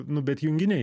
nu bet junginiai